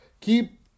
Keep